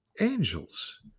angels